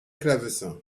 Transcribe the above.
clavecin